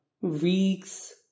Weeks